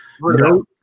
No